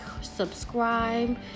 subscribe